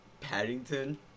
Paddington